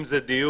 אם זה דיור,